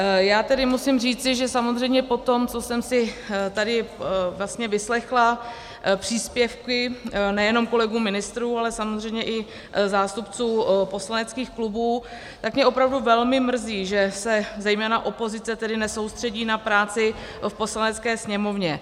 Já tedy musím říci, že samozřejmě po tom, co jsem si tady vlastně vyslechla příspěvky nejenom kolegů ministrů, ale samozřejmě i zástupců poslaneckých klubů, tak mě opravdu velmi mrzí, že se zejména opozice tedy nesoustředí na práci v Poslanecké sněmovně.